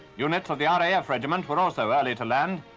units of the ah raf regiment were also early to land.